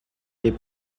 les